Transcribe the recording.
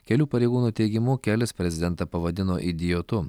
kelių pareigūnų teigimu kelis prezidentą pavadino idiotu